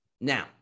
Now